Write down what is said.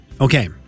Okay